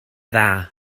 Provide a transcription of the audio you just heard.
dda